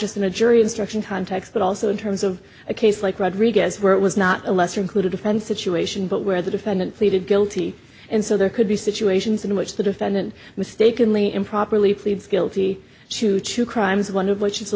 just in a jury instruction context but also in terms of a case like rodriguez where it was not a lesser included offense situation but where the defendant pleaded guilty and so there could be situations in which the defendant mistakenly improperly pleads guilty to two crimes one of which is